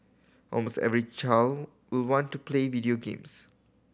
almost every child will want to play video games